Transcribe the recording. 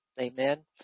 Amen